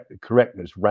correctness